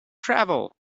travel